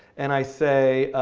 and i say,